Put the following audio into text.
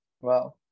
Wow